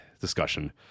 discussion